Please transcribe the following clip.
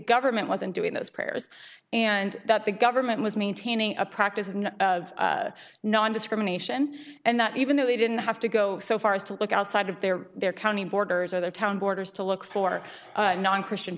government wasn't doing those prayers and that the government was maintaining a practice of non discrimination and that even though they didn't have to go so far as to look outside of their their county borders or their town borders to look for non christian